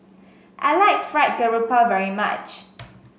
I like Fried Garoupa very much